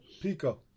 Pico